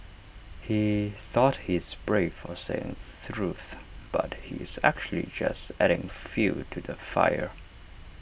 he thought he's brave for saying truth but he's actually just adding fuel to the fire